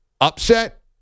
upset